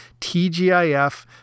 TGIF